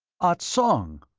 ah tsong!